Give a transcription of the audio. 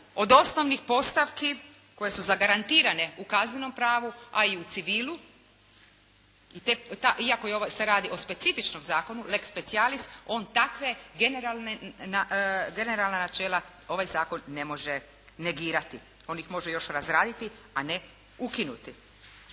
od osnovnih postavki koje su zagarantirane u kaznenom pravu a i u civilu, iako se radi o specifičnom zakonu, lex specialis, on takva generalna načela ovaj zakon ne može negirati, on ih može još razraditi, a ne ukinuti.